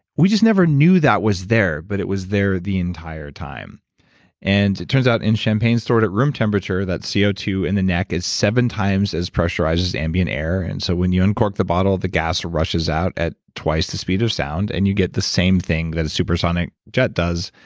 we just never knew that was there, but it was there the entire time and it turns out in champagne stored at room temperature, that c o two in the neck is seven times as pressurized as ambient air. and so when you uncork the bottle, the gas rushes out at twice the speed of sound, and you get the same thing that a supersonic jet does.